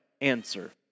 answer